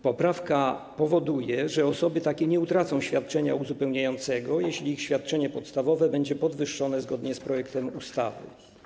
Poprawka powoduje, że osoby takie nie utracą świadczenia uzupełniającego, jeśli ich świadczenie podstawowe będzie podwyższone zgodnie z projektem ustawy.